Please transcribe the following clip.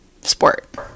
sport